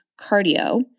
cardio